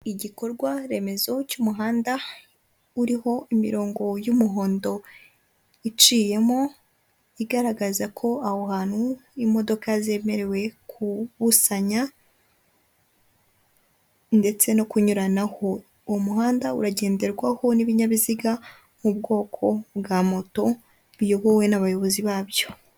Igikorwa remezo cy'umuhanda uriho imirongo y'umuhondo iciyemo, igaragaza ko aho hantu imodoka zemerewe kubusanya ndetse no kunyuranaho. Uwo muhanda uragenderwaho n'ibinyabiziga, nk'ubwoko bwa moto, biyobowe n'abayobozi babyo.